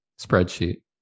spreadsheet